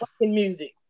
music